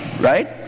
right